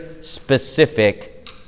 specific